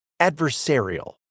adversarial